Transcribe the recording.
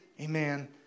amen